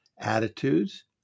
attitudes